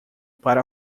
para